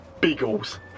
Beagles